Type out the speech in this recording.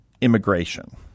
immigration